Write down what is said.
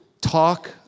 talk